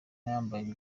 yambaye